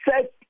set